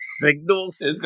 signals